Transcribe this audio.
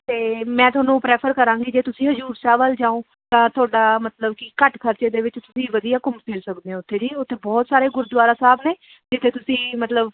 ਅਤੇ ਮੈਂ ਤੁਹਾਨੂੰ ਪ੍ਰੈਫਰ ਕਰਾਂਗੀ ਜੇ ਤੁਸੀਂ ਹਜ਼ੂਰ ਸਾਹਿਬ ਵੱਲ ਜਾਓ ਤਾਂ ਤੁਹਾਡਾ ਮਤਲਬ ਕਿ ਘੱਟ ਖਰਚੇ ਦੇ ਵਿੱਚ ਤੁਸੀਂ ਵਧੀਆ ਘੁੰਮ ਫਿਰ ਸਕਦੇ ਹੋ ਉੱਥੇ ਜੀ ਉੱਥੇ ਬਹੁਤ ਸਾਰੇ ਗੁਰਦੁਆਰਾ ਸਾਹਿਬ ਨੇ ਜਿੱਥੇ ਤੁਸੀਂ ਮਤਲਬ